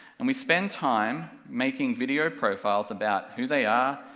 and we spend time making video profiles about who they are,